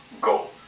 gold